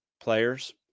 players